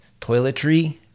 toiletry